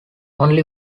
only